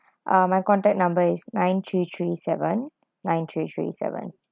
uh my contact number is nine three three seven nine three three seven